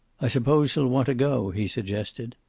i suppose he'll want to go, he suggested.